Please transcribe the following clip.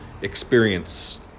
experience